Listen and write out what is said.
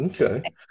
Okay